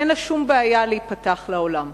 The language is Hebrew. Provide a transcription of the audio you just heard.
אין לה שום בעיה להיפתח לעולם.